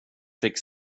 fick